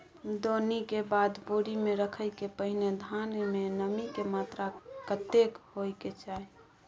दौनी के बाद बोरी में रखय के पहिने धान में नमी के मात्रा कतेक होय के चाही?